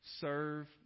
serve